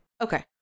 Okay